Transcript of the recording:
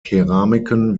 keramiken